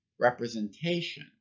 representation